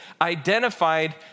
identified